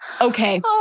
Okay